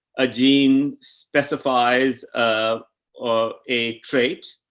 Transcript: a gene specifies, ah, or a trait.